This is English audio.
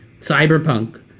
Cyberpunk